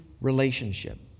relationship